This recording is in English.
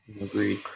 Agreed